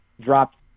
dropped